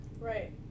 Right